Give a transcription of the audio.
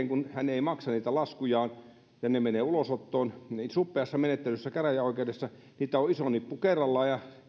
kun hän ei maksa niitä laskujaan ja ne menevät sen jälkeen ulosottoon niin suppeassa menettelyssä käräjäoikeudessa niitä on iso nippu kerrallaan ja